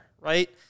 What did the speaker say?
right